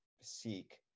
seek